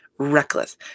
reckless